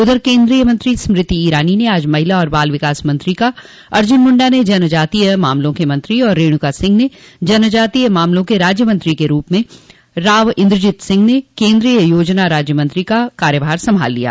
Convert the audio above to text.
उधर केन्द्रीय मंत्री स्मृति ईरानी ने आज महिला और बाल विकास मंत्री का अर्जुन मुंडा ने जनजातीय मामलों के मंत्री और रेणुका सिंह ने जनजातीय मामलों के राज्य मंत्री के रूप में राव इन्द्रजीत सिंह ने केन्द्रीय योजना राज्य मंत्री का कार्यभार संभाल लिया